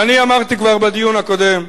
ואני אמרתי כבר בדיון הקודם: